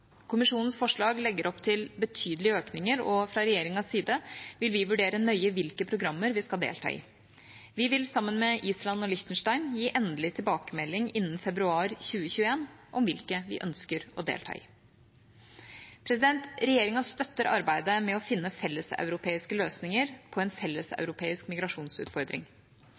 Kommisjonens forslag legger opp til betydelige økninger. Fra regjeringas side vil vi vurdere nøye hvilke programmer vi skal delta i. Vi vil, sammen med Island og Liechtenstein, gi endelig tilbakemelding innen februar 2021 om hvilke vi ønsker å delta i. Regjeringa støtter arbeidet med å finne felleseuropeiske løsninger på en felleseuropeisk migrasjonsutfordring.